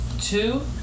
Two